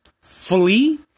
flee